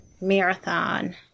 Marathon